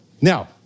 Now